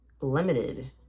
limited